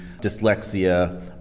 dyslexia